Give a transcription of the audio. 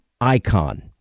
icon